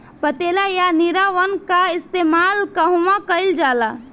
पटेला या निरावन का इस्तेमाल कहवा कइल जाला?